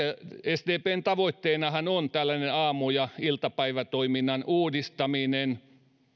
sdpn tavoitteenahan on aamu ja iltapäivätoiminnan uudistaminen vähintäänkin